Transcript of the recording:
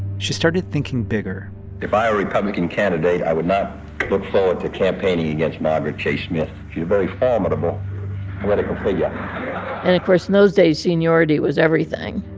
she started thinking bigger if i were a republican candidate, i would not look forward to campaigning against margaret chase smith. she's a very formidable political figure and, of course, in those days, seniority was everything.